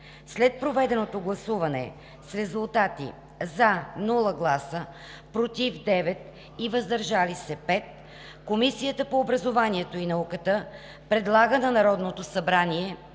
След проведеното гласуване с резултати: без „за“, „против“ 9 и „въздържал се“ 5, Комисията по образованието и науката предлага на Народното събрание